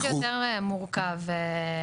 זה קצת יותר מורכב מזה,